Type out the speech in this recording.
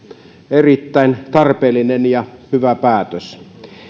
erittäin tarpeellinen ja hyvä päätös